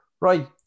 Right